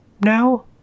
now